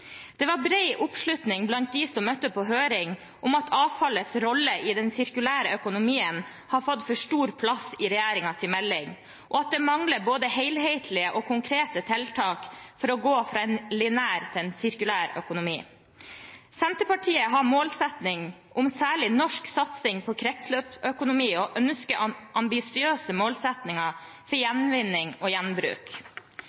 Det var bred oppslutning blant dem som møtte på høring, om at avfallets rolle i den sirkulære økonomien har fått for stor plass i regjeringens melding, og at det mangler både helhetlige og konkrete tiltak for å gå fra en lineær til en sirkulær økonomi. Senterpartiet har en målsetting om særlig norsk satsing på kretsløpsøkonomi og ønsker ambisiøse målsettinger for